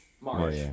March